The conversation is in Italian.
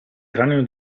cranio